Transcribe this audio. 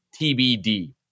TBD